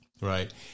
right